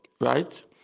right